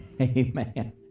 Amen